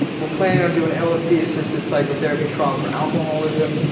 we're planning on doing lsd assisted psychotherapy trial for alcoholism.